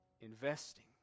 investing